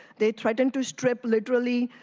they threatened to strip, literally,